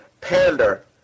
pander